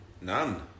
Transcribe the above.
None